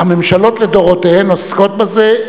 הממשלות לדורותיהן עוסקות בזה.